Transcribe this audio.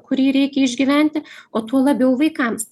kurį reikia išgyventi o tuo labiau vaikams